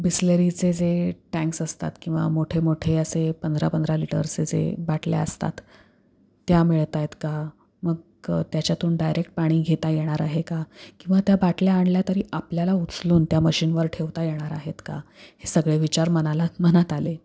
बिसलेरीचे जे टँक्स असतात किंवा मोठे मोठे असे पंधरा पंधरा लिटर्सचे जे बाटल्या असतात त्या मिळत आहेत का मग त्याच्यातून डायरेक्ट पाणी घेता येणार आहे का किंवा त्या बाटल्या आणल्या तरी आपल्याला उचलून त्या मशीनवर ठेवता येणार आहेत का हे सगळे विचार मनाला मनात आले